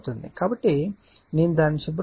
కాబట్టి నేను దానిని శుభ్ర పరుస్తాను